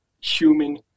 human